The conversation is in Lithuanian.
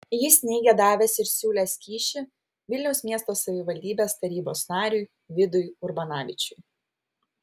jis neigė davęs ir siūlęs kyšį vilniaus miesto savivaldybės tarybos nariui vidui urbonavičiui